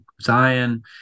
Zion